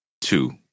two